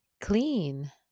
clean